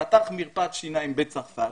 פתח מרפאת שיניים בצרפת,